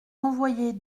envoyer